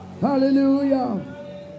Hallelujah